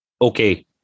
okay